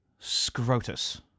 Scrotus